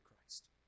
Christ